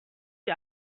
die